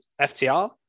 FTR